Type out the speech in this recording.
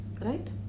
Right